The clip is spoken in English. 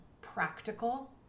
practical